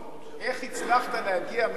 איך הצלחת להגיע מניצן